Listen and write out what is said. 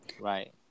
Right